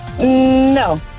No